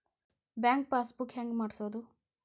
Bank passbook ಹೆಂಗ್ ಮಾಡ್ಸೋದು?